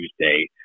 Tuesday